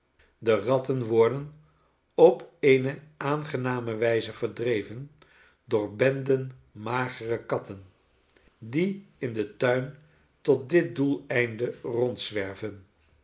de ratten worden op eene aangename wijze verdreven door benden magere katten die in den tuin tot dit doeleinde rondzwerven